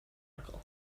uncle